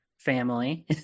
family